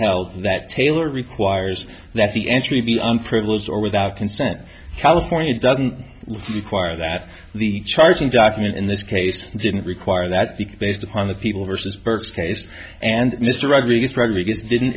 held that taylor requires that the entry be on privileged or without consent california doesn't require that the charging document in this case didn't require that the based upon the people versus berg's case and mr rodriguez rodriguez didn't